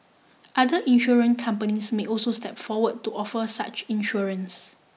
other insurance companies may also step forward to offer such insurance